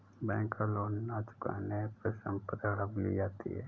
bank का loan न चुकाने पर संपत्ति हड़प ली जाती है